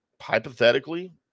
hypothetically